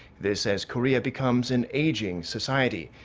this as korea becomes an aging society.